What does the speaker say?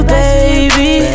baby